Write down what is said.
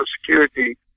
security